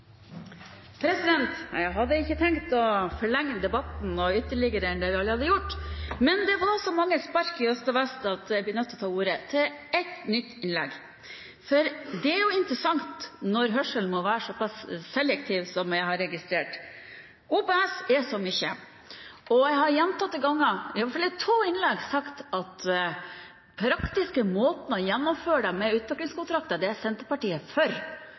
Jeg hadde ikke tenkt å forlenge debatten ytterligere, men det var så mange spark i øst og vest at jeg ble nødt til å ta ordet til ett nytt innlegg. Det er interessant når hørselen må være såpass selektiv som jeg har registrert. OPS er så mye, og jeg har gjentatte ganger, i hvert fall i to innlegg, sagt at den praktiske måten å gjennomføre dette med utviklingskontrakter, er Senterpartiet for. Trenger jeg å si det en gang til? Dette er Senterpartiet for. Det er finansieringsmetoden vi setter spørsmålstegn ved, for